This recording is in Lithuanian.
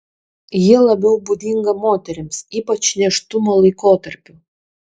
ji labiau būdinga moterims ypač nėštumo laikotarpiu